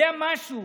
היה משהו.